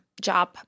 job